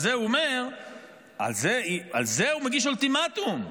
ועל זה הוא מגיש אולטימטום,